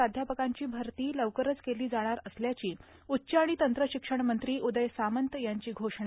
प्राध्यापकांची भरती लवकरच केली जाणार असल्याची उच्च आणि तंत्रशिक्षण मंत्री उदय सामंत यांची घोषणा